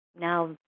now